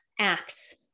acts